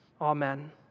Amen